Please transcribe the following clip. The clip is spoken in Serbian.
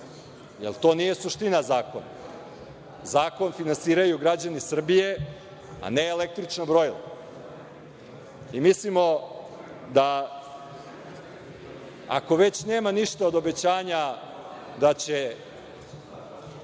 jer to nije suština zakona. Zakon finansiraju građani Srbije, a ne električna brojila. Mislimo da ako već nema ništa od obećanja da će